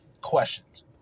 questions